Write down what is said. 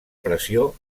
pressió